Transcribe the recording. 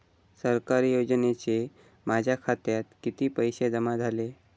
सरकारी योजनेचे माझ्या खात्यात किती पैसे जमा झाले?